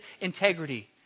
integrity